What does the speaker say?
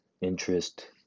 interest